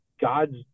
God's